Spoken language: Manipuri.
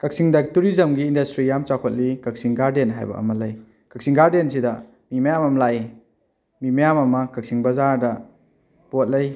ꯀꯛꯆꯤꯡꯗ ꯇꯨꯔꯤꯖꯝꯒꯤ ꯏꯟꯗꯁꯇ꯭ꯔꯤ ꯌꯥꯝꯅ ꯆꯥꯎꯈꯠꯂꯤ ꯀꯛꯆꯤꯡ ꯒꯥꯔꯗꯦꯟ ꯍꯥꯏꯕ ꯑꯃ ꯂꯩ ꯀꯛꯆꯤꯡ ꯒꯥꯔꯗꯦꯟ ꯑꯁꯤꯗ ꯃꯤ ꯃꯌꯥꯝ ꯑꯃ ꯂꯥꯛꯏ ꯃꯤ ꯃꯌꯥꯝ ꯑꯃ ꯀꯛꯆꯤꯡ ꯕꯖꯥꯔꯗ ꯄꯣꯠ ꯂꯩ